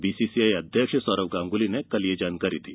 BCI अध्यक्ष सौरव गांगुली ने कल यह जानकारी दी